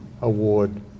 award